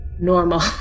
normal